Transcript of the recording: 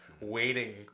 waiting